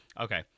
Okay